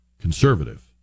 conservative